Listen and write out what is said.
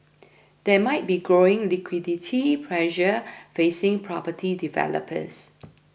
there might be growing liquidity pressure facing property developers